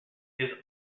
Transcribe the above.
his